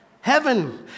Heaven